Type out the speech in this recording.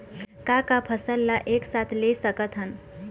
का का फसल ला एक साथ ले सकत हन?